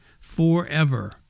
forever